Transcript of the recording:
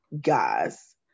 guys